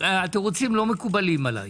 התירוצים לא מקובלים עליי.